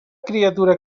criatura